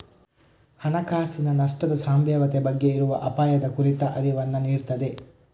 ಹಣಕಾಸಿನ ನಷ್ಟದ ಸಂಭಾವ್ಯತೆ ಬಗ್ಗೆ ಇರುವ ಅಪಾಯದ ಕುರಿತ ಅರಿವನ್ನ ನೀಡ್ತದೆ